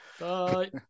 Bye